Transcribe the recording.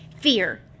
fear